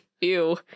ew